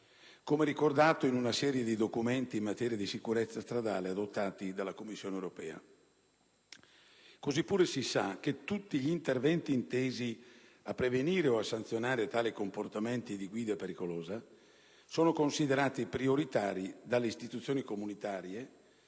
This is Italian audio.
come ricordato in una serie di documenti in materia di sicurezza stradale adottati dalla Commissione europea. Così pure si sa che tutti gli interventi intesi a prevenire o a sanzionare tali comportamenti di guida pericolosa sono considerati prioritari dalle istituzioni comunitarie